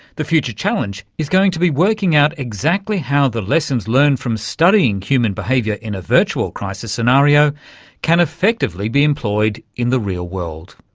the future challenge is going to be working out exactly how the lessons learned from studying human behaviour in a virtual crisis scenario can effectively be employed in the real world.